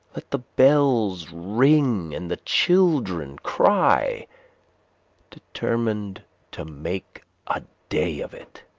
let the bells ring and the children cry determined to make a day of it.